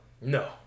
No